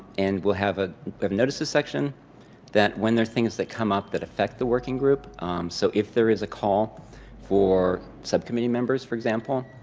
and we'll have a notices section that when there are things that come up that affect the working group so, if there is a call for subcommittee members, for example,